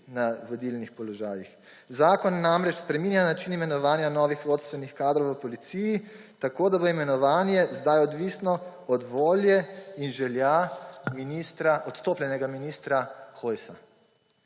na vodilnih položajih. Zakon namreč spreminja način imenovanja novih vodstvenih kadrov v policiji, tako da bo imenovanje sedaj odvisno od volje in želja odstopljenega ministra Hojsa,